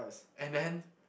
and then